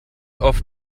oft